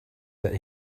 that